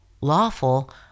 lawful